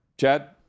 Chad